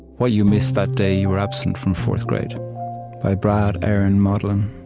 what you missed that day you were absent from fourth grade by brad aaron modlin